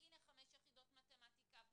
והנה חמש יחידות מתמטיקה,